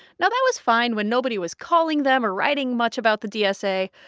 now, that was fine when nobody was calling them or writing much about the dsa,